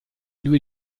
due